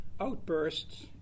outbursts